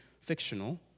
fictional